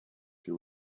she